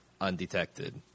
undetected